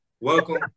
welcome